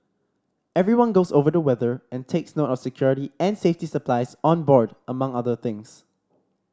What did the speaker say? everyone goes over the weather and takes note of security and safety supplies on board among other things